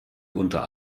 unter